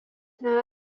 nėra